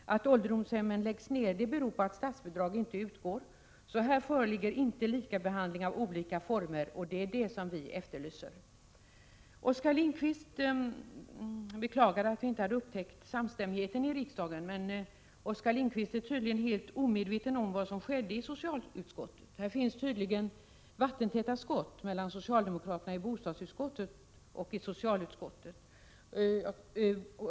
Att ålderdomshemmen läggs ned beror på att statsbidrag inte utgår. Här föreligger alltså inte likabehandling av olika former av boende, och det efterlyser vi. Oskar Lindkvist beklagade att vi inte hade upptäckt samstämmigheten i riksdagen, men Oskar Lindkvist är tydligen helt omedveten om vad som skedde i socialutskottet. Det är tydligen vattentäta skott mellan socialdemokraterna i bostadsutskottet och socialdemokraterna i socialutskottet.